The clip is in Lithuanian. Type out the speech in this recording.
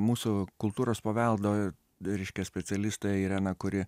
mūsų kultūros paveldo reiškia specialistė irena kuri